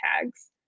tags